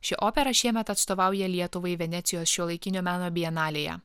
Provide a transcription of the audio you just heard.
ši opera šiemet atstovauja lietuvai venecijos šiuolaikinio meno bienalėje